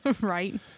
Right